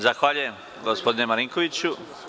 Zahvaljujem gospodine Marinkoviću.